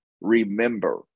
remember